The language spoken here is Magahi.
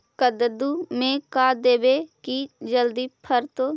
कददु मे का देबै की जल्दी फरतै?